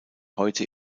heute